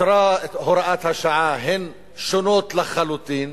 אושרה הוראת השעה, הן שונות לחלוטין.